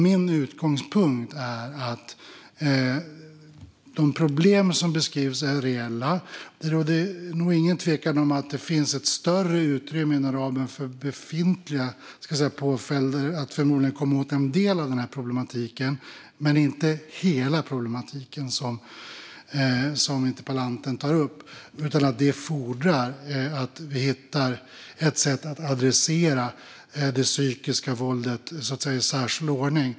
Min utgångspunkt är att de problem som beskrivs är reella. Det råder nog ingen tvekan om att det finns ett större utrymme inom ramen för befintliga påföljder för att förmodligen komma åt en del av problematiken, men inte hela problematiken, som interpellanten tar upp. Det fordrar att vi hittar ett sätt att adressera det psykiska våldet i särskild ordning.